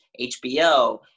HBO